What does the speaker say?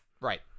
Right